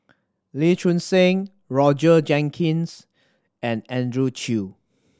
Lee Choon Seng Roger Jenkins and Andrew Chew